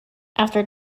after